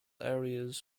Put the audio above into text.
areas